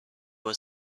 was